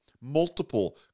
multiple